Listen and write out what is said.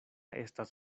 estas